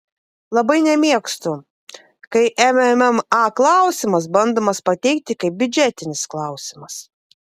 labai nemėgstu kai mma klausimas bandomas pateikti kaip biudžetinis klausimas